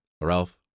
Ralph